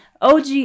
OG